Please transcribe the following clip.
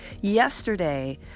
yesterday